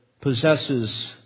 possesses